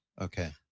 Okay